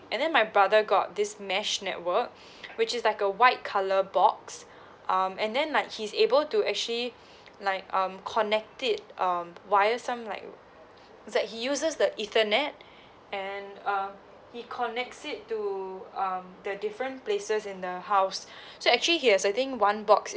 and then my brother got this mesh network which is like a white colour box um and then like he's able to actually like um connect it um via some like it's like he uses the ethernet and um he connects it to um the different places in the house so actually he has I think one box